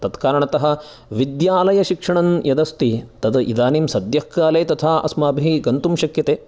तत् कारणतः विद्यालयशिक्षणं यदस्ति तद् इदानीं सद्यःकाले तथा अस्माभिः गन्तुं शक्यते